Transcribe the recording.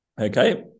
Okay